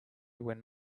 when